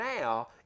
now